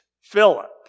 Philip